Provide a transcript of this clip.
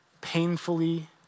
painfully